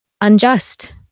unjust